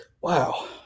Wow